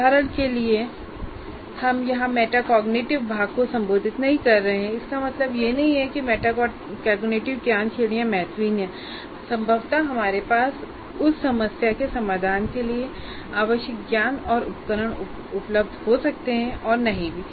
उदाहरण के लिए यहां हम मेटाकॉग्निटिव भाग को संबोधित नहीं कर रहे हैं इसका मतलब यह नहीं है कि मेटाकॉग्निटिव ज्ञान श्रेणियां महत्वहीन हैं संभवतः हमारे पास उस समस्या के समाधान के लिए आवश्यक ज्ञान और उपकरण उपलब्ध हो भी सकते हैं और नहीं भी